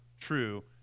true